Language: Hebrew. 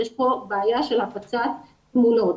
יש פה בעיה של הפצת תמונות.